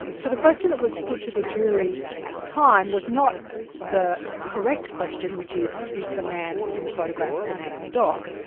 so the question that was put to the jury at the time was not the correct question, which is, is the man in the photograph the man in the dock?